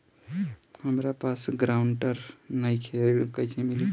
हमरा पास ग्रांटर नईखे ऋण मिली का?